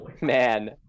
Man